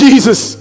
Jesus